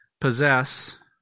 possess